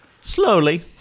Slowly